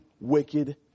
wicked